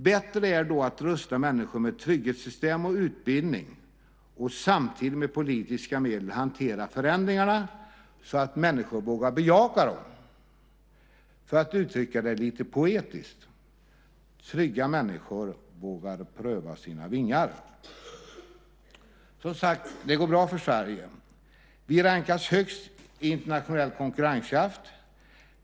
Bättre är då att rusta människor med trygghetssystem och utbildning och samtidigt med politiska medel hantera förändringarna så att människor vågar bejaka dem. För att uttrycka det lite poetiskt: Trygga människor vågar pröva sina vingar. Som sagt: Det går bra för Sverige. Vi rankas högt i internationell konkurrenskraft.